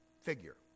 figure